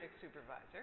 supervisor